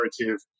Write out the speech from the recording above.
narrative